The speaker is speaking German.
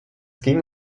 ging